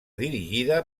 dirigida